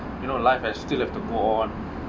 you know life have still have to go on